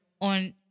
on